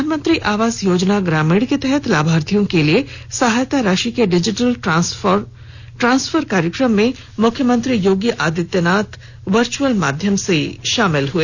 प्रधानमंत्री आवास योजना ग्रामीण के तहत लाभार्थियों के लिए सहायता राशि के डिजिटल ट्रांसफर कार्यक्रम में मुख्यमंत्री योगी आदित्यनाथ वर्चअल माध्यम से शामिल हुए